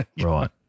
Right